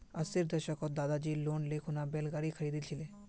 अस्सीर दशकत दादीजी लोन ले खूना बैल गाड़ी खरीदिल छिले